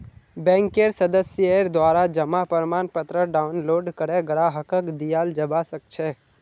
बैंकेर सदस्येर द्वारा जमा प्रमाणपत्र डाउनलोड करे ग्राहकक दियाल जबा सक छह